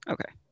Okay